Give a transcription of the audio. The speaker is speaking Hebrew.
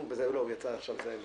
הוא יצא עכשיו לדבר.